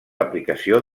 aplicació